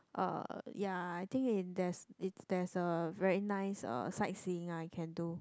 uh ya I think in there's if there's a very nice uh sightseeing I can do